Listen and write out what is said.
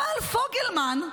אבל פוגלמן,